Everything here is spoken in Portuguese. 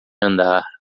andar